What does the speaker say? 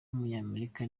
w’umunyamerika